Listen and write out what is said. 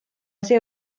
see